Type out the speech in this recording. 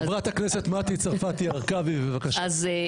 חברת הכנסת מטי צרפתי הרכבי, בבקשה.